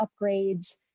upgrades